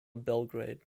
belgrade